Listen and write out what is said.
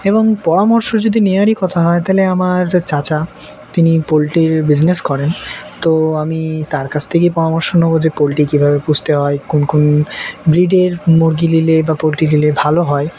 এবং পরামর্শ যদি নেওয়ারই কথা হয় তাহলে আমার চাচা তিনি পোলট্রির বিজনেস করেন তো আমি তার কাছ থেকেই পরামর্শ নেব যে পোলট্রি কীভাবে পুষতে হয় কোন কোন ব্রিডের মুরগি নিলে বা পোলট্রি নিলে ভালো হয়